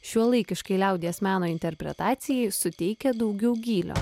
šiuolaikiškai liaudies meno interpretacijai suteikia daugiau gylio